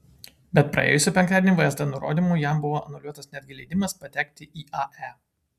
bet praėjusį penktadienį vsd nurodymu jam buvo anuliuotas netgi leidimas patekti į ae